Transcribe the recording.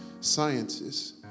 sciences